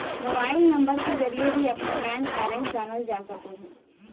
mobile number के जरिए भी अपना बैंक बैलेंस जानल जा सको हइ